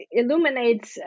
illuminates